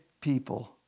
people